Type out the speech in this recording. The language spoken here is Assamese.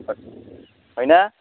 হয় হয়না